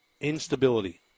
Instability